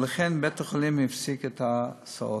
ולכן בית-החולים הפסיק את ההסעות.